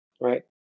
Right